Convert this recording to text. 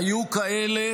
היו כאלה